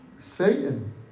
Satan